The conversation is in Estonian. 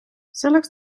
selleks